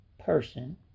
Person